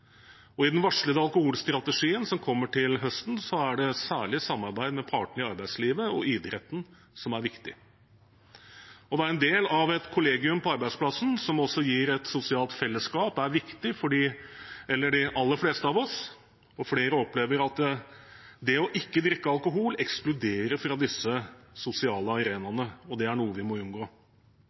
Og i den varslede alkoholstrategien som kommer til høsten, er det særlig samarbeidet med partene i arbeidslivet og idretten som er viktig. Å være en del av et kollegium på arbeidsplassen som også gir et sosialt fellesskap, er viktig for de aller fleste av oss, og flere opplever at det å ikke drikke alkohol ekskluderer fra disse sosiale arenaene – og det er noe vi må unngå.